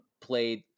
played